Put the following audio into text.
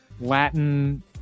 Latin